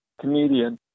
comedian